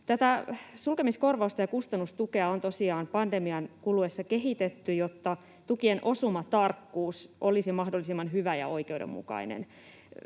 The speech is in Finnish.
Tätä sulkemiskorvausta ja kustannustukea on tosiaan pandemian kuluessa kehitetty, jotta tukien osumatarkkuus olisi mahdollisimman hyvä ja oikeudenmukainen.